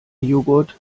joghurt